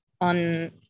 on